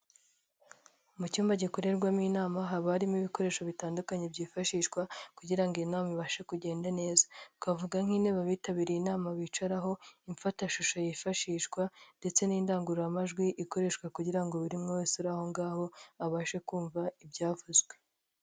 Mu cyumba gikorerwamo inama haba harimo ibikoresho bitandukanye byifashishwa kugira ngo inama ibashe kugenda neza. Twavuga nk'intebe abitabiriye inama bicaraho, imfatashusho yifashishwa ndetse n'indangururamajwi ikoreshwa kugira ngo buri muntu wese uri aho ngaho, abashe kumva ibyavuzwe.